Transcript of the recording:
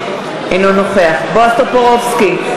אינו נוכח בועז טופורובסקי,